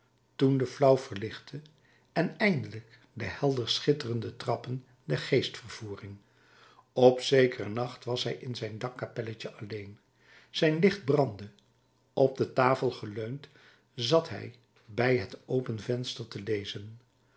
toen de flauw verlichte en eindelijk de helder schitterende trappen der geestvervoering op zekeren nacht was hij in zijn dakkamertje alleen zijn licht brandde op de tafel geleund zat hij bij het open venster te lezen